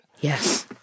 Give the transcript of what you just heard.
Yes